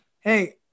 hey